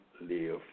live